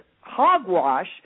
hogwash